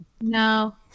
No